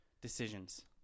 decisions